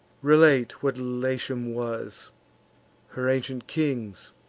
relate what latium was her ancient kings